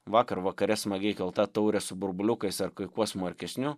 vakar vakare smagiai kelta taurė su burbuliukais ar kai kuo smarkesniu